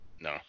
No